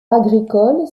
agricole